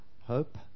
hope